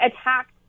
attacks